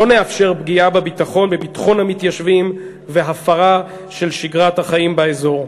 לא נאפשר פגיעה בביטחון המתיישבים והפרה של שגרת החיים באזור.